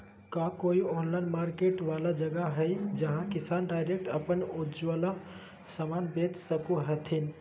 का कोई online market वाला जगह हइ जहां किसान डायरेक्ट अप्पन उपजावल समान बेच सको हथीन?